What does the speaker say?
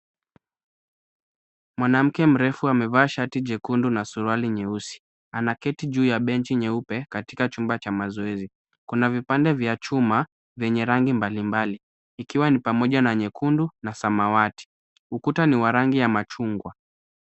Mwanamke mrefu amevaa shati jekundu na suruali nyeusi. Anaketi juu ya benchi nyeupe katika chumba cha mazoezi. Kuna vipande vya chuma vyenye rangi mbalimbali, ikiwa ni pamoja na nyekundu na samawati. Ukuta ni wa rangi ya machungwa.